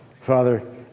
Father